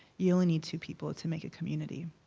you only need two people to make a community.